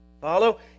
Follow